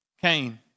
Cain